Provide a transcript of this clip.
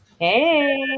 Hey